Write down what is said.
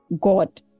God